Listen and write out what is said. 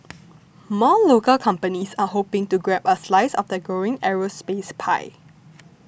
more local companies are hoping to grab a slice of the growing aerospace pie